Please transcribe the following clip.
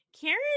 Karen